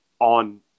on